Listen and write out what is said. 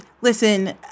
listen